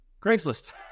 Craigslist